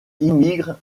émigre